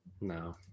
No